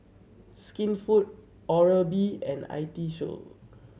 Skinfood Oral B and I T Show